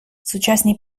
сучасні